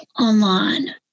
online